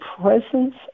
presence